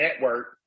network